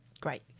Great